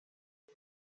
jag